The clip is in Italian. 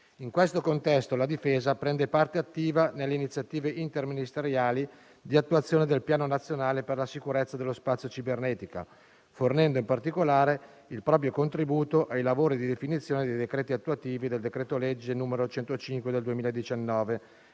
In questo contesto la Difesa prende parte attiva nelle iniziative interministeriali di attuazione del Piano nazionale per la sicurezza dello spazio cibernetico, fornendo in particolare il proprio contributo ai lavori di definizione dei decreti attuativi del decreto-legge 21 settembre 2019,